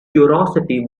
curiosity